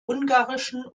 ungarischen